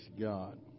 God